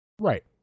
Right